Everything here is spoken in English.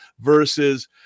versus